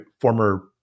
former